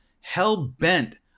hell-bent